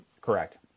Correct